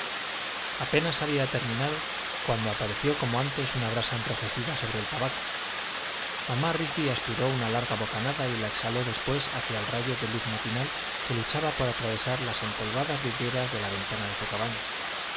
apenas había terminado cuando apareció como antes una brasa enrojecida sobre el tabaco mamá rigby aspiró una larga bocanada y la exhaló después hacia el rayo de luz matinal que luchaba por atravesar las empolvadas vidrieras de la ventana de su cabaña